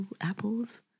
apples